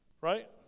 right